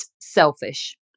selfish